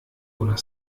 oder